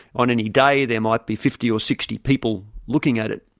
on any day there might be fifty or sixty people looking at it,